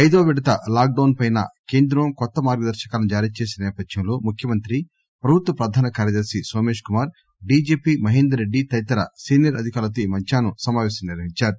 ఐదో విడత lockdown పై కేంద్రం కొత్త మార్గదర్పకాలను జారీ చేసిన నేపథ్యంలో ముఖ్యమంత్రి ప్రభుత్వ ప్రధాన కార్యదర్శి నోమేష్ కుమార్ డిజిపి మహేందర్ రెడ్డి తదితర సీనియర్ అధికారులతో ఈ మధ్యాహ్నం సమాపేశం నిర్వహించారు